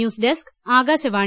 news desk Akashvani